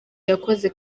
yakoze